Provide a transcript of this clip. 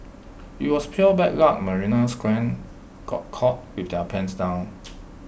IT was pure bad luck marina square got caught with their pants down